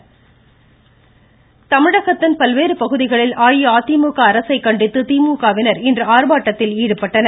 ஸ்டாலின் தமிழகத்தின் பல்வேறு பகுதிகளில் அஇஅதிமுக அரசை கண்டித்து திமுகவினர் இன்று ஆர்ப்பாட்டத்தில் ஈடுபட்டனர்